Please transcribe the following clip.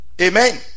amen